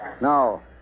No